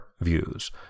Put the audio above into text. views